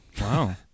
wow